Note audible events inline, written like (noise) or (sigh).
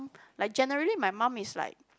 like generally my mum is like (noise)